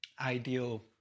ideal